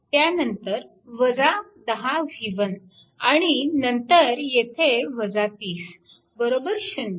त्यानंतर 10 v1 आणि नंतर येथे 30 0